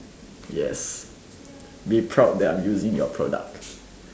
yes be proud that I am using your product